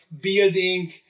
building